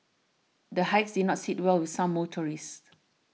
the hikes did not sit well with some motorists